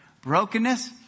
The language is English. Brokenness